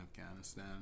Afghanistan